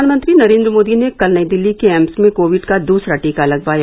प्रधानमंत्री नरेन्द्र मोदी ने कल नई दिल्ली के एम्स में कोविड का दूसरा टीका लगवाया